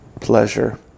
pleasure